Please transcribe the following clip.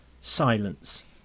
silence